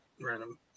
random